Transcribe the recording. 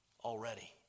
already